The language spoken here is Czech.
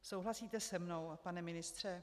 Souhlasíte se mnou, pane ministře?